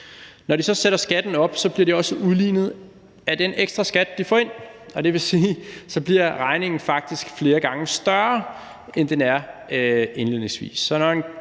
så sætter skatten op, bliver de også udlignet af den ekstra skat, de får ind, og det vil sige, at regningen faktisk bliver flere gange større, end den var indledningsvis.